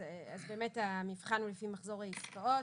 אז באמת המבחן הוא לפי מחזור העסקאות